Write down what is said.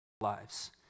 lives